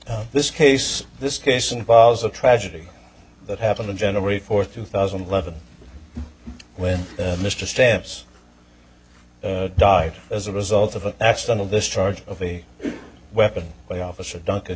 may this case this case involves a tragedy that happened to generate fourth two thousand and eleven when mr stamps died as a result of an accidental discharge of a weapon by officer duncan